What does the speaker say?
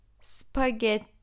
spaghetti